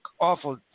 awful